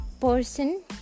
person